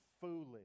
foolish